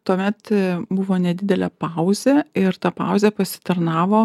tuomet buvo nedidelė pauzė ir ta pauzė pasitarnavo